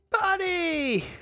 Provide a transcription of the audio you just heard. Buddy